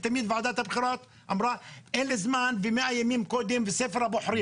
ותמיד ועדת הבחירות אמרה שאין זמן ומאה ימים קודם וספר הבוחרים.